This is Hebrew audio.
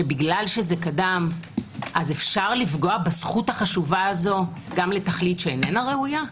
שבגלל שזה קדם אפשר לפגוע בזכות החשובה הזו גם לתכלית שאינה ראויה?